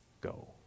go